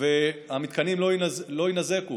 והמתקנים לא יינזקו